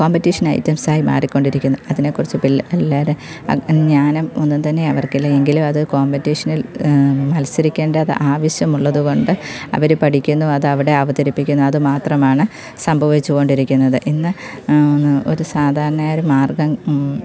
കോമ്പറ്റീഷനൈറ്റംസായി മാറിക്കൊണ്ടിരിക്കുന്നു അതിനെക്കുറിച്ചിപ്പല്ലാ എല്ലാര് ഞാനും ഒന്നും തന്നെ അവർക്കല് എങ്കില് അത് കോമ്പറ്റീഷനിൽ മത്സരിക്കേണ്ടത് ആവശ്യം ഉള്ളതുകൊണ്ട് അവര് പഠിക്കുന്നു അതവിടെ അവതരിപ്പിക്കുന്നു അത് മാത്രമാണ് സംഭവിച്ച് കൊണ്ടിരിക്കുന്നത് ഇന്ന് ഒരു സാധാരണയായൊരു മാർഗ്ഗം